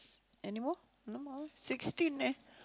anymore no more sixteen eh